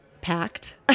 packed